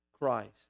Christ